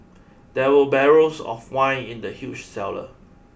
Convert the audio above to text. there were barrels of wine in the huge cellar